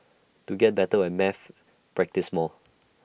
to get better at maths practise more